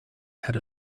had